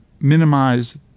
minimize